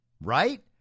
right